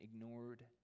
Ignored